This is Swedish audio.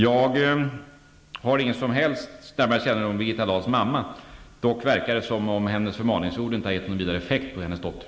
Jag har ingen som helst närmare kännedom om Birgitta Dahls mamma. Dock verkar det som om hennes förmaningsord inte har gett någon vidare effekt på hennes dotter.